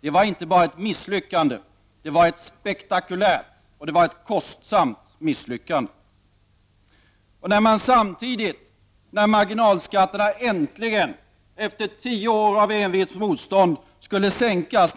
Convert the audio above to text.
Det var inte bara ett misslyckande — det var dessutom ett spektakulärt och ett kostsamt misslyckande. Då marginalskatterna efter tio års envetet motstånd äntligen skulle sänkas